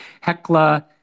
Hecla